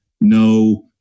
no